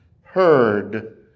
heard